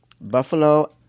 Buffalo